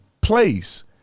place